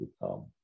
become